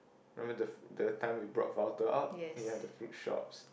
remember the the time we brought Valter out we had the fruit shops